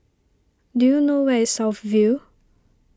do you know where is South View